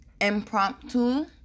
impromptu